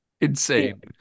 Insane